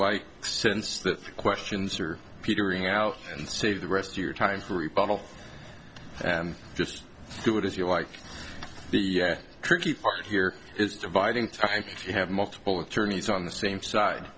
like since the questions are petering out and save the rest of your time for rebuttal and just do it as you like the tricky part here is dividing time you have multiple attorneys on the same side